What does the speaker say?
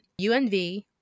UNV